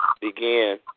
begin